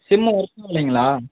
sim work ஆகலீங்களா